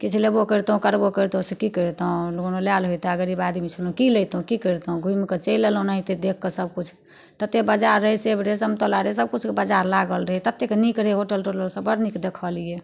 किछु लेबौ करितहुँ करबो करितहुँ से कि करितहुँ कोनो लाएल होइतै गरीब आदमी छल कि लेतहुँ कि करितहुँ घुमिकऽ चलि अएलहुँ ओनाहिते देखिकऽ सबकिछु ततेक बाजार रहै सेब रहै समतोला रहै सबकिछुके बाजार लागल रहै ततेक नीक रहै होटल तोटलसब बड़ नीक देखलिए